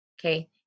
Okay